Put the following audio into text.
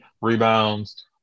rebounds –